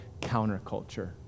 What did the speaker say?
counterculture